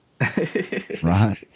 right